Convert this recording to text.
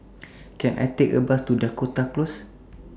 Can I Take A Bus to Dakota Close